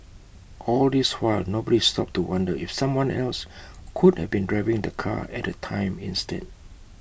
all this while nobody stopped to wonder if someone else could have been driving the car at the time instead